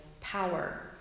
power